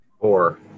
Four